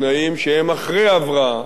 בתנאים שהם אחרי ההבראה,